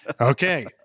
Okay